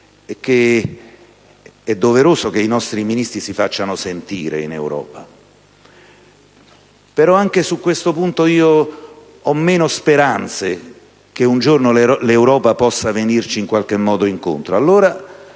è doveroso che i nostri Ministri si facciano sentire in Europa; però anche su questo punto ho poche speranze che un giorno l'Europa possa venirci in qualche modo incontro.